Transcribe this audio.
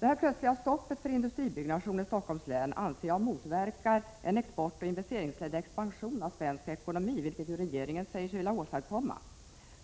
55 Det plötsliga stoppet för industribyggen i Stockholms län anser jag motverkar en exportoch investeringsledd expansion av svensk ekonomi, vilket regeringen ju säger sig vilja åstadkomma.